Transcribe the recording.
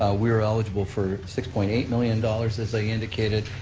ah we're eligible for six point eight million dollars, as i indicated,